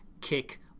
kick